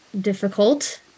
difficult